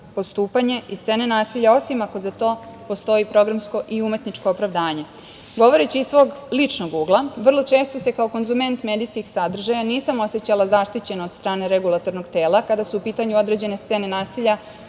postupanje i scene nasilja, osim ako za to postoji programsko i umetničko opravdanje. Govoreći iz svog ličnog ugla vrlo često se kao konzument medijskih sadržaja nisam osećala zaštićeno od strane Regulatornog tela kada su u pitanju određene scene nasilja